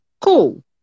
cool